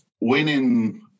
winning